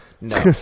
No